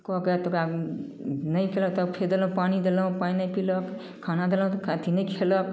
कए कऽ तऽ ओकरा नहि खेलक तऽ फेर देलहुँ पानि देलहुँ पानि नहि पीलक खाना देलहुँ तऽ अथी नहि खेलक